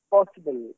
Possible